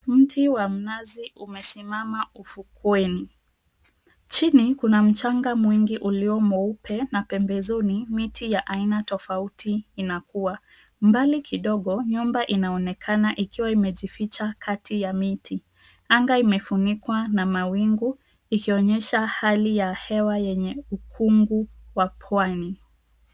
Mti wa mnazi umesimama ufukweni. Chini kina mchanga mwingi ulio mweupe na pembezoni kuna miti ya aina tofauti inakuwa mbali kidogo nyumba inayoonekana ikiwa imejificha kati ya miti anga imefunikwa na mawingu ikionyesha hali ya hewa yenye ukungu.